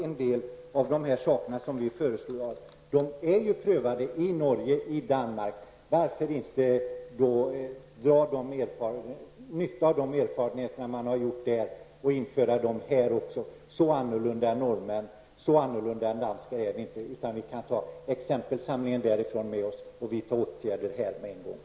En del av de saker som vi föreslår har prövats i Norge och Danmark. Varför kan man inte dra nytta av dessa erfarenheter och införa dessa åtgärder här? Vi är inte så annorlunda i förhållande till norrmän och danskar att vi inte kan ta exempelsamlingen från Norge och Danmark med oss och genast vidta åtgärder här i Sverige.